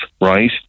right